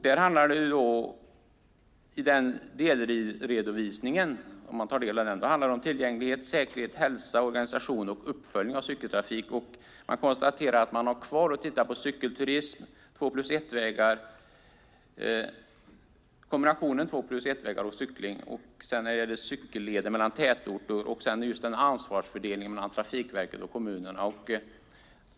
Denna delredovisning handlar om tillgänglighet, säkerhet, hälsa, organisation och uppföljning av cykeltrafik. Man ska också titta på cykelturism, kombinationen "2 + 1"-vägar och cykling, cykelleder mellan tätorter och ansvarsfördelningen mellan Trafikverket och kommunerna.